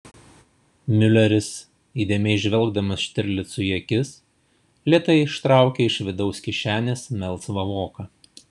miuleris įdėmiai žvelgdamas štirlicui į akis lėtai ištraukė iš vidaus kišenės melsvą voką